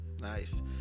Nice